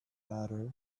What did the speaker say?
matter